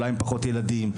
אולי עם פחות ילדים,